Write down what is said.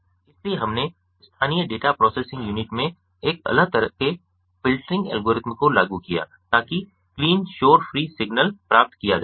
इसलिए हमने स्थानीय डेटा प्रोसेसिंग यूनिट में एक अलग तरह के फ़िल्टरिंग एल्गोरिदम को लागू किया ताकि क्लीन शोर फ्री सिग्नल प्राप्त किया जा सके